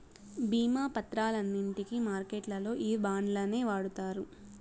భీమా పత్రాలన్నింటికి మార్కెట్లల్లో ఈ బాండ్లనే వాడుతారు